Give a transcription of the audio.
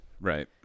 Right